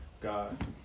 God